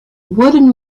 wooden